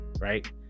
right